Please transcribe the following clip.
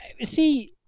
See